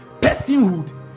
personhood